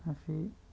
असे